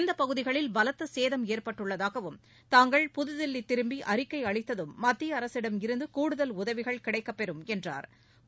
இப்பகுதிகளில் பலத்த சேதம் ஏற்பட்டுள்ளதாகவும் தாங்கள் புதுதில்வி திரும்பி அறிக்கை அளித்ததும் மத்திய அரசிடமிருந்து கூடுதல் உதவிகள் கிடைக்கப் பெறும் என்றாா்